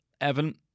Evan